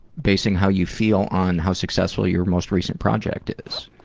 basing how you feel on how successful your most recent project is?